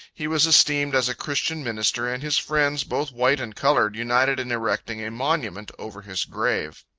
he was esteemed as a christian minister, and his friends, both white and colored, united in erecting a monument over his grave.